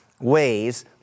ways